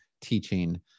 teaching